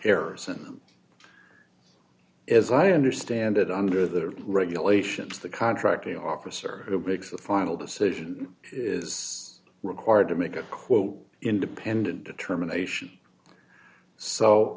errors and as i understand it under their regulations the contracting officer who breaks the final decision is required to make a quote independent determination so